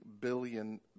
billion